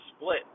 split